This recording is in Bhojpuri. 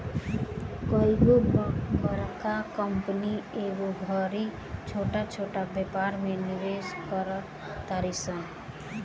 कइगो बड़का कंपनी ए घड़ी छोट छोट व्यापार में निवेश कर तारी सन